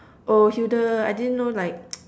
oh Hilda I didn't know like